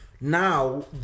now